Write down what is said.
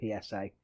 PSA